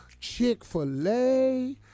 Chick-fil-A